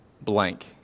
blank